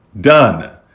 done